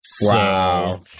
Wow